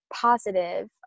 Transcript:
Positive